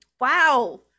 Wow